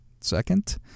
second